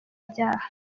byaha